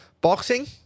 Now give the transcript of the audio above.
Boxing